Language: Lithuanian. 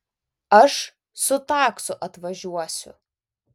aš su taksu atvažiuosiu